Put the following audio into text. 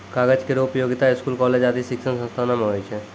कागज केरो उपयोगिता स्कूल, कॉलेज आदि शिक्षण संस्थानों म होय छै